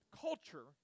culture